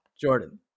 Jordan